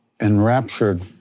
enraptured